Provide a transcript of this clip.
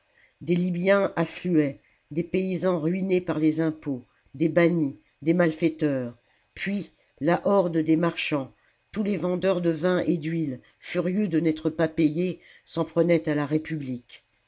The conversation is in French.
des libyens affluaient des paysans ruinés par les imsalammbô pots des bannis des malfaiteurs puis la horde des marchands tous les vendeurs de vin et d'huile furieux de n'être pas payés s'en prenaient à la république